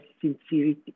sincerity